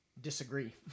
disagree